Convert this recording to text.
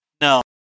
No